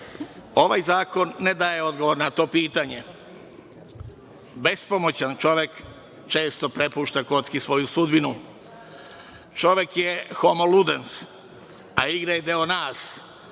Ovaj zakon ne daje odgovor na to pitanje. Bespomoćan čovek često prepušta kocki svoju sudbinu. Čovek je homoludens, a igra je deo nas,